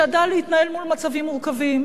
שידעה להתנהל מול מצבים מורכבים,